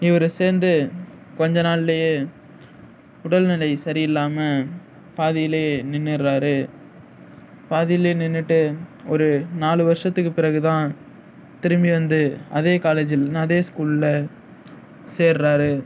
இவர் சேர்ந்து கொஞ்ச நாள்லயே உடல்நிலை சரியில்லாமல் பாதியிலேயே நின்னுறார் பாதியிலேயே நின்றுட்டு ஒரு நாலு வருஷத்துக்கு பிறகு தான் திரும்பி வந்து அதே காலேஜில் அதே ஸ்கூலில் சேர்றார்